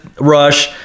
rush